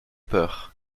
peur